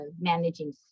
managing